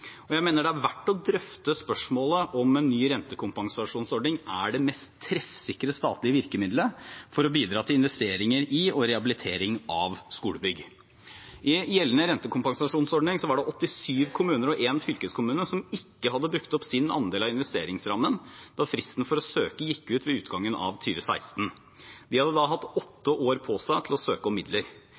Og jeg mener det er verdt å drøfte spørsmålet om hvorvidt en ny rentekompensasjonsordning er det mest treffsikre statlige virkemidlet for å bidra til investeringer i og rehabilitering av skolebygg. I gjeldende rentekompensasjonsordning var det 87 kommuner og én fylkeskommune som ikke hadde brukt opp sin andel av investeringsrammen da fristen for å søke gikk ut ved utgangen av 2016. De hadde da hatt åtte år på seg til å søke om midler.